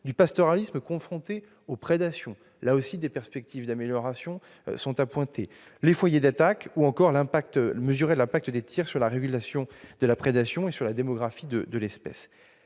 du pastoralisme confronté aux prédations. Là aussi, des perspectives d'amélioration sont à noter. Je citerai encore les foyers d'attaque ou l'impact des tirs sur la régulation de la prédation et sur la démographie de l'espèce.